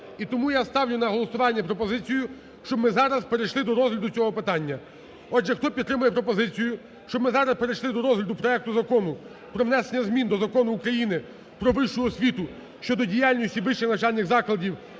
і тому я ставлю на голосування пропозицію, щоб ми зараз перейшли до розгляду цього питання. Отже, хто підтримує пропозицію, щоб ми зараз перейшли до розгляду проекту Закону про внесення змін до Закону України "Про вищу освіту" щодо діяльності вищих навчальних закладів